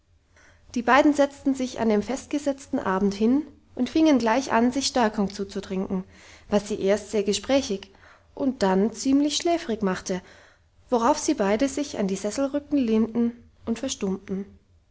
die beiden setzten sich an dem festgesetzten abend hin und fingen gleich an sich stärkung zuzutrinken was sie erst sehr gesprächig und dann ziemlich schläfrig machte worauf sie beide sich an die sesselrücken lehnten und verstummten